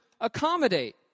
accommodate